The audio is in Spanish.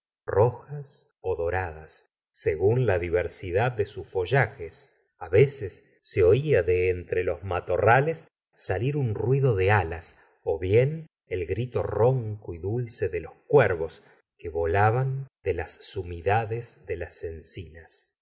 rojas ó doradas segtin la diversidad de sus follajes a veces se oía de entre los matorrales sagustavo flubert lir un ruido de alas bien el grito ronco y dulce de los cuervos que volaban de las sumidades de las encinas